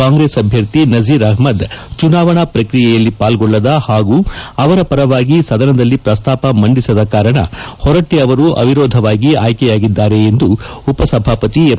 ಕಾಂಗ್ರೆಸ್ ಅಭ್ಲರ್ಥಿ ನಸೀರ್ ಅಹಮದ್ ಚುನಾವಣಾ ಪ್ರಕ್ರಿಯೆಯಲ್ಲಿ ಪಾಲ್ಗೊಳ್ಳದ ಹಾಗೂ ಅವರ ಪರವಾಗಿ ಸದನದಲ್ಲಿ ಪ್ರಸ್ತಾಪ ಮಂಡಿಸದ ಕಾರಣ ಹೊರಟ್ಟ ಅವರು ಅವಿರೋಧವಾಗಿ ಆಯ್ಕೆ ಯಾಗಿದ್ದಾರೆ ಎಂದು ಉಪ ಸಭಾಪತಿ ಎಂ